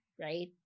right